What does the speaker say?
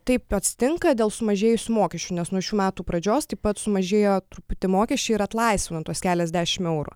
taip atsitinka dėl sumažėjusių mokesčių nes nuo šių metų pradžios taip pat sumažėjo truputį mokesčių ir atlaisvinant tuos keliasdešim eurų